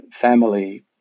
family